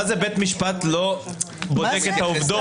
מה זה בית משפט לא בודק את העובדות?